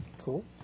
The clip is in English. Cool